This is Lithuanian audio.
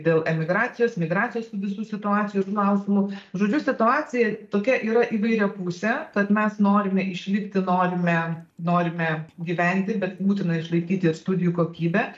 dėl emigracijos migracijos tų visų situacijų klausimu žodžiu situacija tokia yra įvairiapusė tad mes norime išlikti norime norime gyventi bet būtina išlaikyti studijų kokybę